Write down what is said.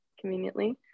conveniently